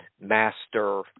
Master